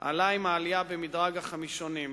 עלה עם העלייה במדרג החמישונים,